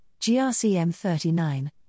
GRCM39